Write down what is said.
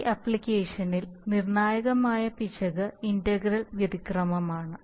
അതിനാൽ ഈ ആപ്ലിക്കേഷനിൽ നിർണ്ണായകമായ പിശക് ഇന്റഗ്രൽ വ്യതിക്രമാണ്